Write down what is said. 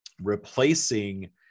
replacing